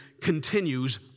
continues